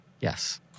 Yes